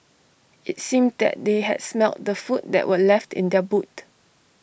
IT seemed that they had smelt the food that were left in the boot